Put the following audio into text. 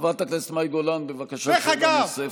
חברת הכנסת מאי גולן, בבקשה, שאלה נוספת.